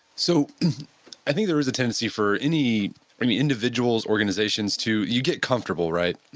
so i think there is a tendency for any any individual's organizations to, you get comfortable, right?